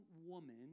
woman